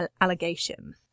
allegation